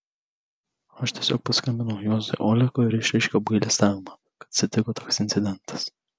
aš tiesiog paskambinau juozui olekui ir išreiškiau apgailestavimą kad atsitiko toks incidentas